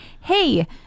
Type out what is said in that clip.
hey